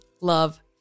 love